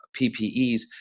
PPEs